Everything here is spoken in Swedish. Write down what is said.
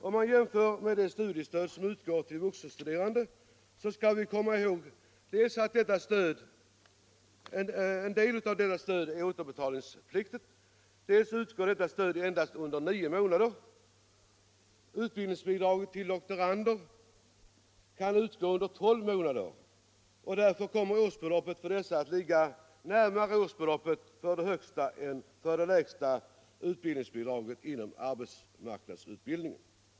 När man jämför med det studiestöd som utgår till vuxenstuderande skall man komma ihåg dels att en del av detta stöd är återbetalningspliktigt, dels att det utgår endast under nio månader. Utbildningsbidraget till doktorander kan utgå under tolv månader, och därför kommer årsbeloppet för detta bidrag att ligga närmare årsbeloppet för det högsta än för det lägsta utbildningsbidraget inom arbetsmarknadsutbildningen.